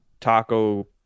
taco